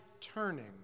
turning